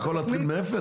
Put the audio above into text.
הכל להתחיל מאפס?